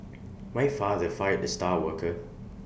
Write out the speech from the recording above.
my father fired the star worker